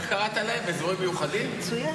נכון.